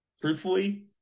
truthfully